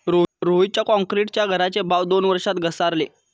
रोहितच्या क्रॉन्क्रीटच्या घराचे भाव दोन वर्षात घसारले